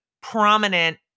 prominent